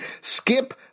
Skip